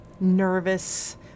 nervous